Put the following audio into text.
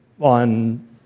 on